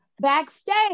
backstage